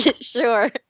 Sure